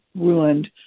ruined